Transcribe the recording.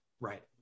Right